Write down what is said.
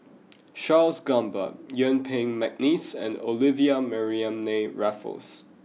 Charles Gamba Yuen Peng McNeice and Olivia Mariamne Raffles